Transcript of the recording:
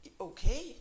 okay